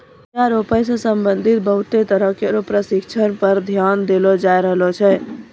बीया रोपै सें संबंधित बहुते तरह केरो परशिक्षण पर ध्यान देलो जाय रहलो छै